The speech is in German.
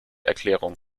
erklärung